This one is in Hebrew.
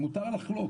מותר לחלוק,